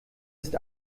ist